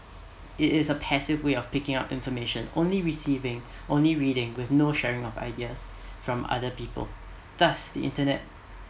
it is a passive way of picking out information only receiving only reading with no sharing of ideas from other people thus the internet